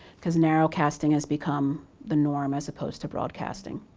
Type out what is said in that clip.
cause narrow casting has become the norm as opposed to broadcasting.